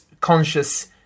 conscious